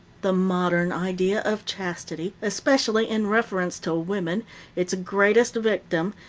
the modern idea of chastity, especially in reference to woman, its greatest victim,